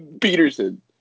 Peterson